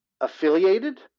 Affiliated